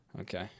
Okay